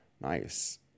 Nice